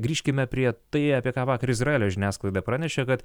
grįžkime prie tai apie ką vakar izraelio žiniasklaida pranešė kad